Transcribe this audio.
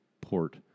port